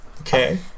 Okay